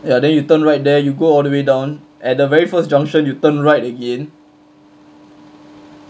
ya then you turn right there you go all the way down at the very first junction you turn right again